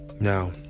now